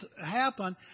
happen